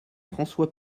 françois